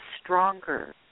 stronger